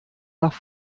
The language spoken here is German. nach